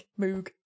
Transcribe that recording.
Moog